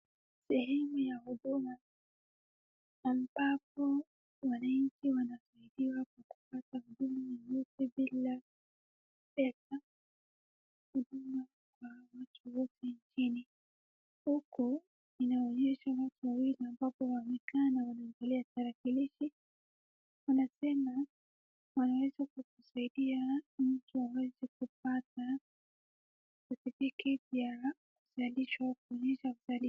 Sehemu ya huduma ambapo wananchi wanasaidiwa kwa kupata huduma yoyote bila pesa. Huduma kwa watu wote nchini. Huku inaonyesha watu wawili ambapo wamekaa na wanaangalia tarakilishi wanasema, wanaweza kukusaidia mtu aweze kupata certificate ya kuzalishwa kuonyesha uza.